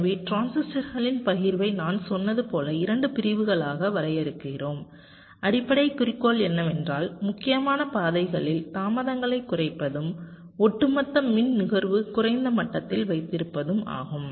எனவே டிரான்சிஸ்டர்களின் பகிர்வை நான் சொன்னது போல இரண்டு பிறிவுகளாக வரையறுக்கிறோம் அடிப்படை குறிக்கோள் என்னவென்றால் முக்கியமான பாதைகளின் தாமதங்களைக் குறைப்பதும் ஒட்டுமொத்த மின் நுகர்வு குறைந்த மட்டத்தில் வைத்திருப்பதும் ஆகும்